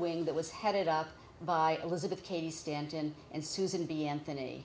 wing that was headed by elizabeth cady stanton and susan b anthony